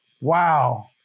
wow